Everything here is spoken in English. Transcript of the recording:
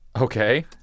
Okay